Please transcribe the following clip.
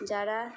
যারা